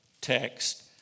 text